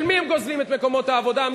את מקומות העבודה של מי הם גוזלים,